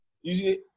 usually